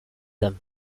them